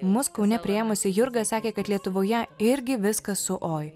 mus kaune priėmusi jurga sakė kad lietuvoje irgi viskas su oi